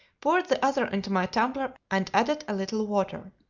poured the other into my tumbler, and added a little water.